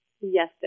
Yes